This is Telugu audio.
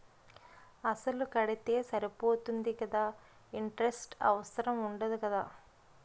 అసలు కడితే సరిపోతుంది కదా ఇంటరెస్ట్ అవసరం ఉండదు కదా?